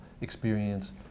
experience